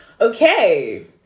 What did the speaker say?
Okay